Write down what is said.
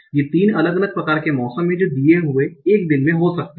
ये 3 अलग अलग प्रकार के मौसम हैं जो दिये हुए एक दिन में हो सकते हैं